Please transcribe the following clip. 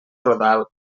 rodal